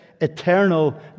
eternal